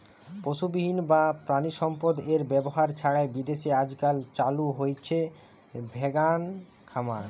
পশুবিহীন বা প্রাণিসম্পদএর ব্যবহার ছাড়াই বিদেশে আজকাল চালু হইচে ভেগান খামার